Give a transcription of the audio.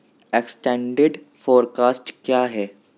extended forecast کیا ہے